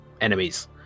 enemies